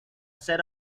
set